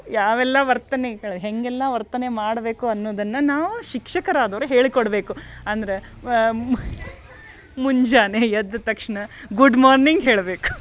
ಯಾವೆಲ್ಲ ವರ್ತನೆಗಳು ಹೇಗೆಲ್ಲ ವರ್ತನೆ ಮಾಡ್ಬೇಕು ಅನ್ನೋದನ್ನು ನಾವು ಶಿಕ್ಷಕರಾದವ್ರು ಹೇಳಿ ಕೊಡಬೇಕು ಅಂದ್ರೆ ಮುಂಜಾನೆ ಎದ್ದ ತಕ್ಷಣ ಗುಡ್ ಮಾರ್ನಿಂಗ್ ಹೇಳ್ಬೇಕು